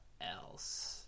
else